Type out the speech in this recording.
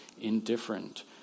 indifferent